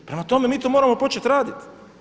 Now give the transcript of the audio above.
Prema tome, mi to moramo počet raditi.